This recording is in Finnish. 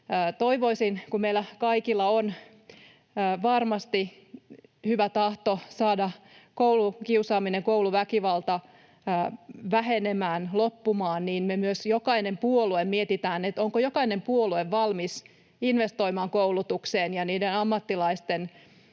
Toivoisin, että kun meillä kaikilla on varmasti hyvä tahto saada koulukiusaaminen, kouluväkivalta, vähenemään, loppumaan, niin me myös — jokainen puolue — mietitään, onko jokainen puolue valmis investoimaan koulutukseen ja niiden ammattilaisten